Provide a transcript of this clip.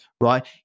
right